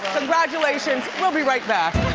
congratulations, we'll be right back.